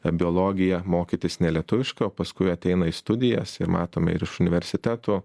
biologiją mokytis nelietuviškai paskui ateina į studijas ir matome ir iš universitetų